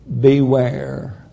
beware